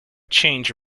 change